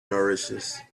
nourishes